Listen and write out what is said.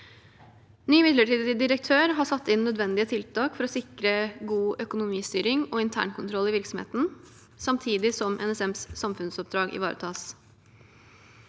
Ny midlertidig direktør har satt inn nødvendige tiltak for å sikre god økonomistyring og internkontroll i virksomheten, samtidig som NSMs samfunnsoppdrag ivaretas.